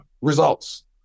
results